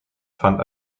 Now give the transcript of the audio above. fand